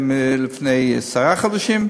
לפני עשרה חודשים,